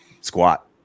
squat